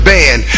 Band